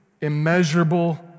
immeasurable